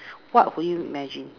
what would you imagine